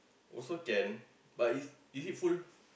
also can but is is it full